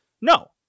No